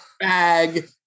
bag